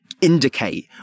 indicate